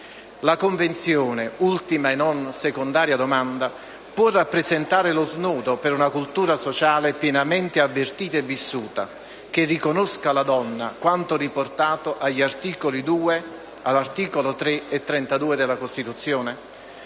La Convenzione - ultima e non secondaria domanda - può rappresentare lo snodo per una cultura sociale, pienamente avvertita e vissuta, che riconosca alla donna quanto riportato agli articoli 2, 3 e 32 della Costituzione?